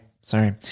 sorry